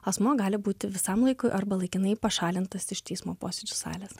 asmuo gali būti visam laikui arba laikinai pašalintas iš teismo posėdžių salės